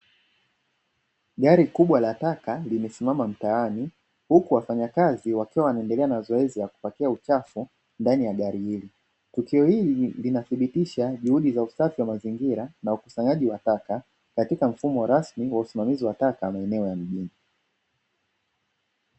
Gari kubwa la taka limesimama mtaani huku wafanyakazi wakiwa wanaendelea na zoezi la kupakia uchafu ndani ya gari hili, tukio hili linathibitisha juhudi za usafi wa mazingira na ukusanyaji wa taka katika mfumo rasmi wa usimamizi wa taka maeneo ya mjini.